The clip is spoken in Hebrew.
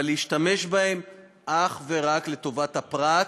אבל להשתמש בהם אך ורק לטובת הפרט,